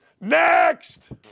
Next